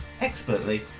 expertly